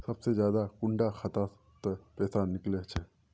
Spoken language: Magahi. सबसे ज्यादा कुंडा खाता त पैसा निकले छे?